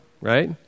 right